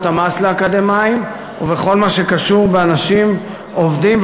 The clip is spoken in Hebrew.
המס לאקדמאים ובכל מה שקשור באנשים עובדים,